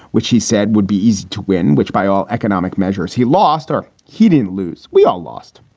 which he said would be easy to win, which by all economic measures, he lost or he didn't lose. we all lost.